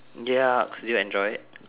yucks did you enjoy it